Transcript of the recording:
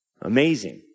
Amazing